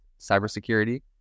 cybersecurity